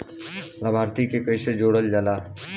लभार्थी के कइसे जोड़ल जाला?